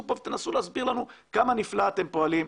פה ותנסו להסביר לנו כמה נפלא אתם פועלים.